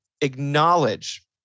acknowledge